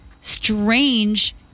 strange